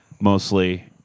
mostly